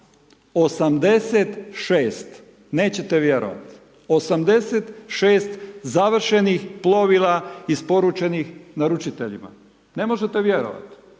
86, nećete vjerovati, 86 završenih plovila, isporučenih naručiteljima, ne možete vjerovati.